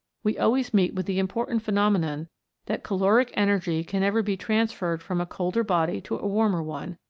we always meet with the important phenomenon that caloric energy can never be transferred from a colder body to a warmer one,